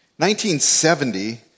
1970